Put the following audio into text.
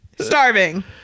Starving